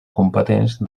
competents